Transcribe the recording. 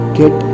get